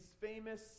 famous